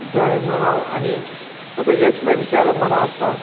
जाय म्हणून हांव आनी असो हेच म्हाजे विचार मनां आसता